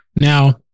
Now